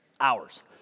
hours